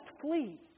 flee